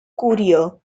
courier